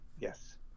Yes